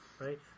right